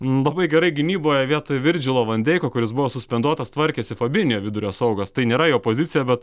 labai gerai gynyboje vietoj virdžilo van deiko kuris buvo suspenduotas tvarkėsi fabinio vidurio saugas tai nėra opozicija bet